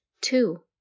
Two